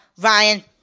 Ryan